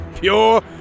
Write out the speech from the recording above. pure